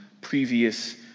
previous